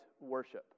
worship